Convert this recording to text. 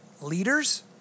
leaders